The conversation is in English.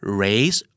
raise